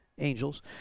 angels